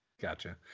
Gotcha